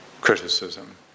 Criticism